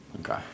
Okay